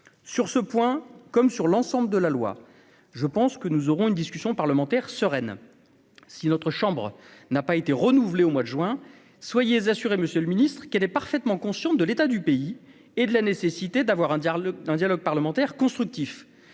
sur ce point comme sur l'ensemble de la loi, je pense que nous aurons une discussion parlementaire sereine si notre chambre n'a pas été renouvelé au mois de juin soyez assuré, Monsieur le Ministre, qui avait parfaitement consciente de l'état du pays et de la nécessité d'avoir un dialogue, un dialogue parlementaire constructif